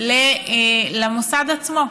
למוסד עצמו,